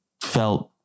felt